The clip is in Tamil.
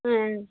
ம்